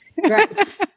Great